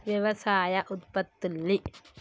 వ్యవసాయ ఉత్పత్తుల్ని